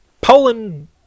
Poland